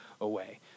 away